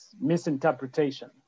misinterpretation